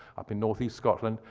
up in northeast scotland.